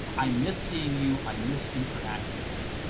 i miss seeing you, i miss interacting with you.